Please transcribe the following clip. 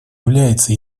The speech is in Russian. является